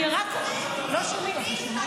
לא שומעים.